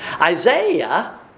Isaiah